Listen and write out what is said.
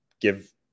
give